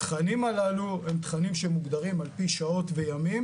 התכנים הללו הם תכנים שמוגדרים על פי שעות וימים